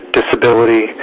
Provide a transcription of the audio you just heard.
disability